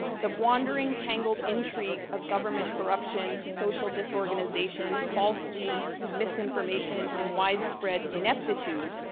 the wandering, tangled intrigue of government corruption, social disorganization, false leads, misinformation, and widespread ineptitude,